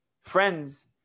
friends